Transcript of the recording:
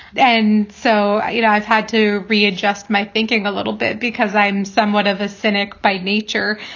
and so, you know, i've had to readjust my thinking a little bit because i'm somewhat of a cynic by nature.